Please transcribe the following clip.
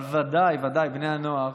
אבל ודאי וודאי בני הנוער,